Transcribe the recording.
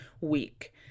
week